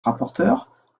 rapporteur